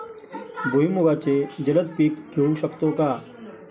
भुईमुगाचे जलद पीक घेऊ शकतो का?